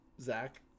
Zach